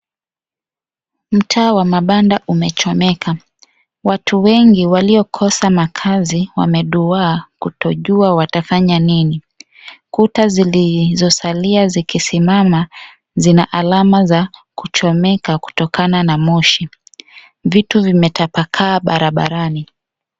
Mtaa wa mabanda umechomeka. Watu wengi waliokosa makazi wameduwaa kutojua watafanya nini. Kuta zilizosalia zikisimama zina alama za kuchomeka kutokana na moshi. Vitu vimetapakaa barabarani.